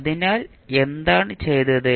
അതിനാൽ എന്താണ് ചെയ്തത്